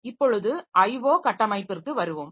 இப்பொழுது IO கட்டமைப்பிற்கு வருவோம்